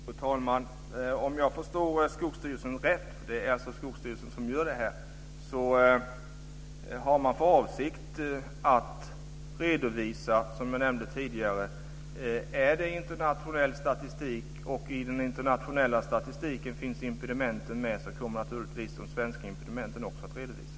Fru talman! Om jag förstår Skogsstyrelsen rätt, eftersom det är Skogsstyrelsen som gör detta, så har man för avsikt, som jag nämnde tidigare, att redovisa internationell statistik. Och i den internationella statistiken finns impedimenten med, och då kommer naturligtvis även de svenska impedimenten att redovisas.